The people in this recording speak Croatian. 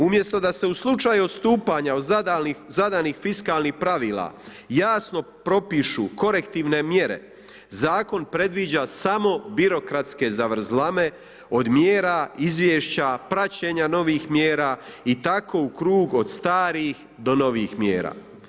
Umjesto da se u slučaju odstupanja od zadanih fiskalnih pravila jasno propišu korektivne mjere, zakon predviđa samo birokratske zavrzlame od mjera, izvješća, praćenja novih mjera i tako u krug od starih do novih mjera.